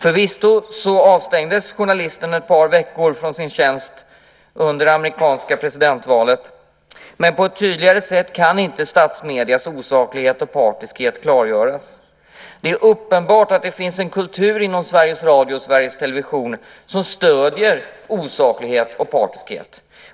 Förvisso avstängdes journalisten ett par veckor från sin tjänst, under det amerikanska presidentvalet, men på ett tydligare sätt kan inte statsmediernas osaklighet och partiskhet klargöras. Det är uppenbart att det finns en kultur inom Sveriges Radio och Sveriges Television som stöder osaklighet och partiskhet.